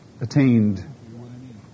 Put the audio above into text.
attained